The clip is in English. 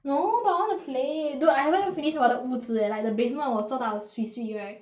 no but I wanna play dude I haven't even finish 我的屋子 leh like the basement 我做到 swee swee right